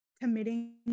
committing